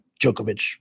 Djokovic